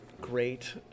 great